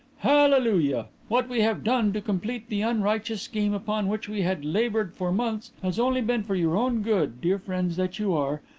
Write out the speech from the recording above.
hallelujah! what we have done to complete the unrighteous scheme upon which we had laboured for months has only been for your own good, dear friends that you are,